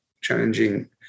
challenging